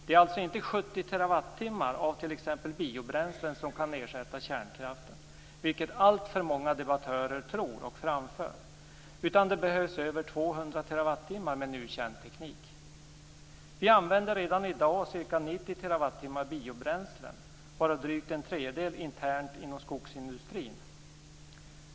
Det är alltså inte 70 TWh av t.ex. biobränslen som kan ersätta kärnkraften, vilket alltför många debattörer tror och framför, utan det behövs över 200 TWh med nu känd teknik. Vi använder redan i dag ca 90 TWh biobränslen, varav drygt en tredjedel internt inom skogsindustrin.